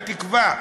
בתקווה,